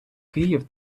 київ